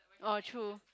orh true